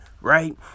Right